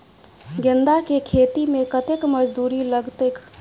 गेंदा केँ खेती मे कतेक मजदूरी लगतैक?